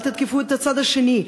אל תתקפו את הצד השני.